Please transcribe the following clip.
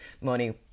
money